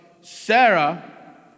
Sarah